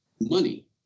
money